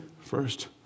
first